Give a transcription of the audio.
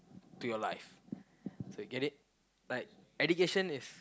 to your life so get it like education is